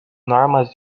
normas